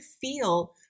feel